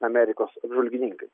amerikos apžvalgininkai